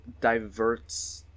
diverts